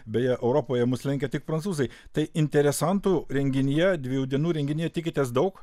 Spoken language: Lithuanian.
beje europoje mus lenkia tik prancūzai tai interesantų renginyje dviejų dienų renginyje tikitės daug